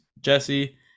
Jesse